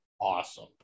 Awesome